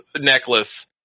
necklace